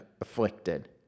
afflicted